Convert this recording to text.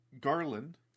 Garland